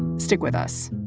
and stick with us